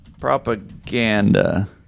propaganda